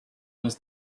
was